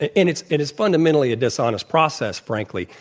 and it's it's fundamentally a dishonest process, frankly.